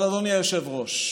אבל אדוני היושב-ראש,